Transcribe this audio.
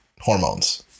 hormones